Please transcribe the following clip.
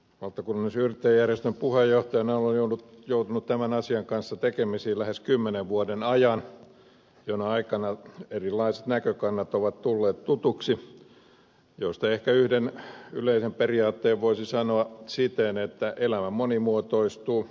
valtakunnallisen yrittäjäjärjestön puheenjohtajana olen joutunut tämän asian kanssa tekemisiin lähes kymmenen vuoden ajan jona aikana erilaiset näkökannat ovat tulleet tutuksi joista ehkä yhden yleisen periaatteen voisi sanoa siten että elämä monimuotoistuu